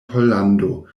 pollando